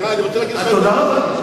תודה רבה.